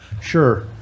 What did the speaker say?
Sure